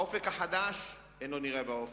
האופק החדש אינו נראה באופק,